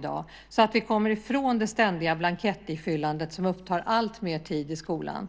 På så sätt skulle vi komma bort från det ständiga blankettifyllandet som upptar alltmer tid i skolan.